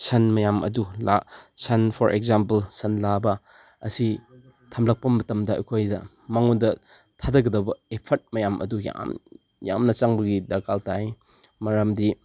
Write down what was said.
ꯁꯟ ꯃꯌꯥꯝ ꯑꯗꯨ ꯁꯟ ꯐꯣꯔ ꯑꯦꯛꯖꯥꯝꯄꯜ ꯁꯟ ꯂꯥꯕ ꯑꯁꯤ ꯊꯝꯂꯛꯄ ꯃꯇꯝꯗ ꯑꯩꯈꯣꯏꯗ ꯃꯉꯣꯟꯗ ꯊꯥꯗꯒꯗꯧꯕ ꯏꯐ꯭ꯔꯠ ꯃꯌꯥꯝ ꯑꯗꯨ ꯌꯥꯝ ꯌꯥꯝꯅ ꯆꯪꯕꯒꯤ ꯗꯔꯀꯥꯔ ꯇꯥꯏ ꯃꯔꯝꯗꯤ